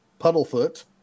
puddlefoot